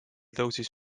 tõusis